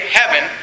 heaven